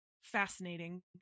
fascinating